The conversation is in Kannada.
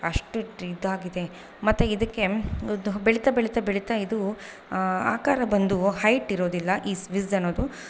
ಅಷ್ಟು ಡೇ ಇದು ಆಗಿದೆ ಮತ್ತು ಇದಕ್ಕೆ ಅದು ಬೆಳೀತಾ ಬೆಳೀತಾ ಬೆಳೀತಾ ಇದು ಆಕಾರ ಬಂದು ಹೈಟ್ ಇರೋದಿಲ್ಲ ಇ ಸ್ವಿಸ್ ಅನ್ನೋದು